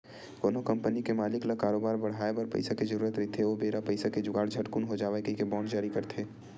कोनो कंपनी के मालिक ल करोबार बड़हाय बर पइसा के जरुरत रहिथे ओ बेरा पइसा के जुगाड़ झटकून हो जावय कहिके बांड जारी करथे